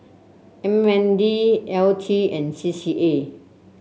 M N D L T and C C A